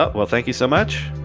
ah well, thank you so much.